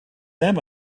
them